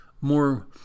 more